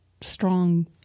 strong